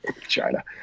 China